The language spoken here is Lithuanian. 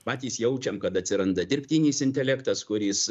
patys jaučiam kad atsiranda dirbtinis intelektas kuris